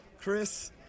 Chris